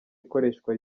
ikoreshwa